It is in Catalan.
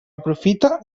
aprofita